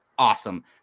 awesome